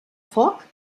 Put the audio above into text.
foc